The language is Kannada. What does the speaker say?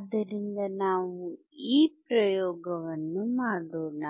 ಆದ್ದರಿಂದ ನಾವು ಈ ಪ್ರಯೋಗವನ್ನು ಮಾಡೋಣ